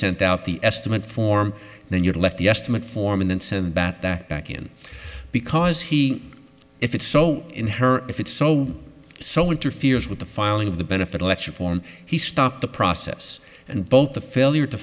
sent out the estimate form then you let the estimate form and then send that that back in because he if it's so in her if it's so so interferes with the filing of the benefit let's reform he stop the process and both the failure to